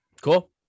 cool